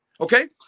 Okay